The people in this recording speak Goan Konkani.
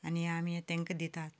आनी आमी हें तांकां दितात